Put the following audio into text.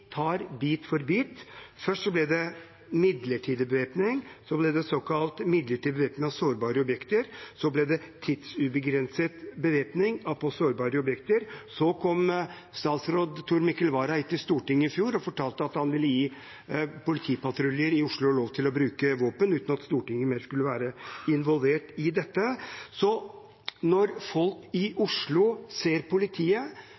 tar det bit for bit. Først ble det midlertidig bevæpning, så ble det såkalt midlertidig bevæpning av sårbare objekter, så ble det tidsubegrenset bevæpning av sårbare objekter, og så kom tidligere statsråd Tor Mikkel Wara til Stortinget i fjor og fortalte at han ville gi politipatruljer i Oslo lov til å bruke våpen, uten at Stortinget skulle være involvert i dette. Så når folk i Oslo ser politiet,